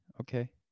okay